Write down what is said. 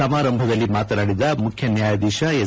ಸಮಾರಂಭದಲ್ಲಿ ಮಾತನಾಡಿದ ಮುಖ್ಯನ್ಗಾಯಾಧೀಶ ಎಸ್